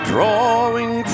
Drawing